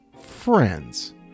Friends